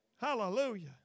hallelujah